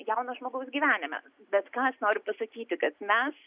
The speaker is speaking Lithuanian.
jauno žmogaus gyvenime bet ką aš noriu pasakyti kad mes